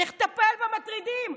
צריך לטפל במטרידים,